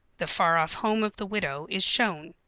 the far-off home of the widow is shown.